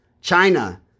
China